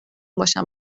باشم